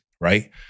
right